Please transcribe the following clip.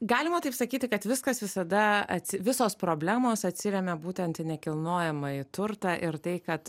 galima taip sakyti kad viskas visada atsi visos problemos atsiremia būtent į nekilnojamąjį turtą ir tai kad